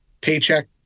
paycheck